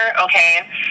okay